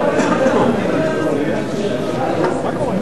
סעיף 10,